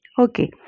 Okay